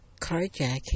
carjacking